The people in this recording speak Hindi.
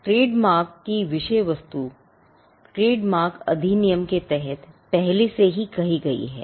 ट्रेडमार्क की विषय वस्तु ट्रेडमार्क अधिनियम के तहत पहले से ही कही गई है